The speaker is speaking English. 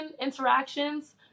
interactions